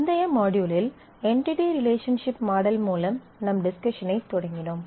முந்தைய மாட்யூலில் entity relationship model மூலம் நம் டிஸ்கஷனைத் தொடங்கினோம்